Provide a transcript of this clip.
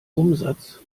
umsatz